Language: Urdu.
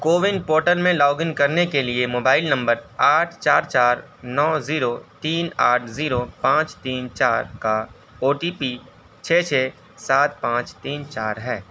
کوون پورٹل میں لاگ ان کرنے کے لیے موبائل نمبر آٹھ چار چار نو زیرو تین آٹھ زیرو پانچ تین چار کا او ٹی پی چھ چھ سات پانچ تین چار ہے